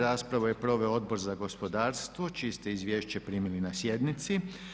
Raspravu je proveo Odbor za gospodarstvo čije ste izvješće primili na sjednici.